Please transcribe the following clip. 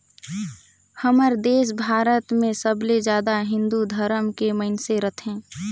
हमर देस भारत मे सबले जादा हिन्दू धरम के मइनसे रथें